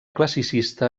classicista